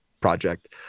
project